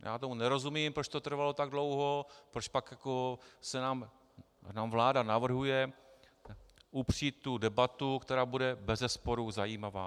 Já tomu nerozumím, proč to trvalo tak dlouho, proč nám vláda navrhuje upřít debatu, která bude bezesporu zajímavá.